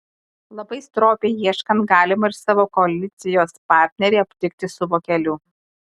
labai stropiai ieškant galima ir savo koalicijos partnerį aptikti su vokeliu